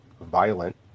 violent